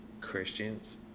christians